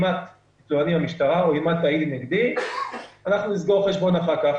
אם תתלונני במשטרה או תעידי נגדי נסגור חשבון אחר כך.